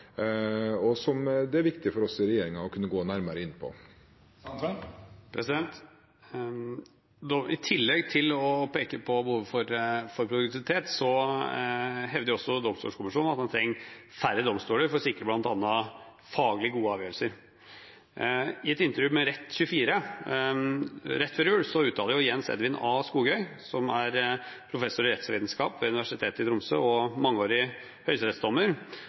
og som det er viktig for oss i regjeringen å kunne gå nærmere inn på. I tillegg til å peke på behovet for produktivitet, hevder også Domstolkommisjonen at man trenger færre domstoler for å sikre bl.a. faglig gode avgjørelser. I et intervju med Rett24 rett før jul uttaler Jens Edvin A. Skoghøy, som er professor i rettsvitenskap ved Universitetet i Tromsø og mangeårig